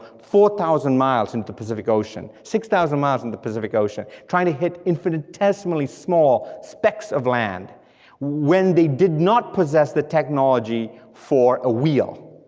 four thousand miles into pacific ocean, six thousand miles into pacific ocean, trying to hit infinitesimally small specs of land when they did not possess the technology for a wheel,